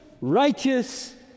righteous